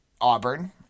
Auburn